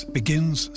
begins